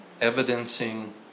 Evidencing